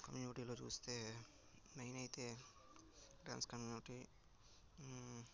కమ్యూనిటీలో చూస్తే మెయిన్ అయితే ఫ్రెండ్స్ కమ్యూనిటీ